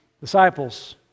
Disciples